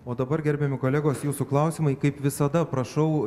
o dabar gerbiami kolegos jūsų klausimai kaip visada prašau